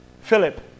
Philip